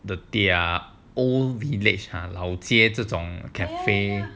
the their old village ah 老街这种 cafe